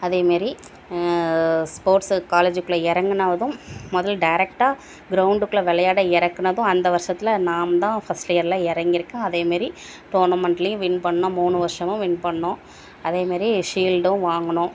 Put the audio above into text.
அதே மாரி ஸ்போர்ட்ஸு காலேஜுக்குள்ளே இறங்குனதும் முதல் டேரெக்டா கிரௌண்டுக்குள்ளே விளையாட இறக்குனதும் அந்த வர்ஷத்தில் நான் தான் ஃபஸ்ட்டு இயரில் இறங்கிருக்கேன் அதே மாரி டோர்னமெண்ட்லையும் வின் பண்ணிணோம் மூணு வருஷமும் வின் பண்ணிணோம் அதே மாரி ஷீல்டும் வாங்கினோம்